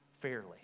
Fairly